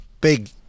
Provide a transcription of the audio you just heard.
big